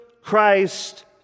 Christ